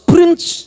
Prince